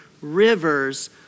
rivers